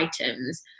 items